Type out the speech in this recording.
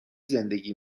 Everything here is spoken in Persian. زندگی